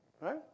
Right